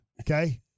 Okay